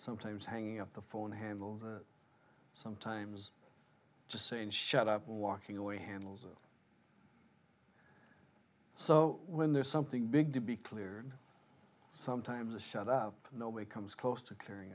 sometimes hanging up the phone handles sometimes just saying shut up and walking away handles it so when there's something big to be cleared sometimes a set up nobody comes close to carrying